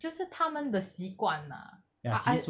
就是他们的习惯啊 ah I